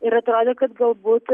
ir atrodo kad galbūt